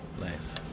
Nice